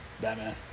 Batman